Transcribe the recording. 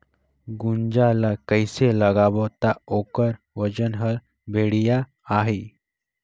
गुनजा ला कइसे लगाबो ता ओकर वजन हर बेडिया आही?